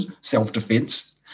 self-defense